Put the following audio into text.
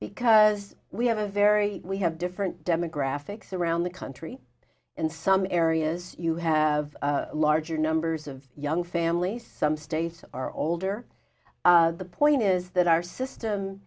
because we have a very we have different demographics around the country in some areas you have larger numbers of young families some states are older the point is that our system